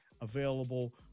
available